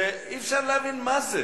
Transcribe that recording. שאי-אפשר להבין מה זה